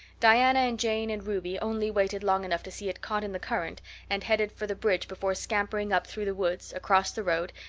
diana and jane and ruby only waited long enough to see it caught in the current and headed for the bridge before scampering up through the woods, across the road,